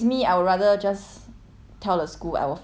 tell the school I will find myself it's better